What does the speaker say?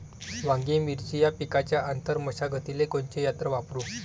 वांगे, मिरची या पिकाच्या आंतर मशागतीले कोनचे यंत्र वापरू?